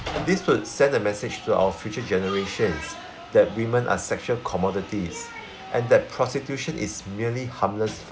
this would send a message to our future generations that women are sexual commodities and that prostitution is merely harmless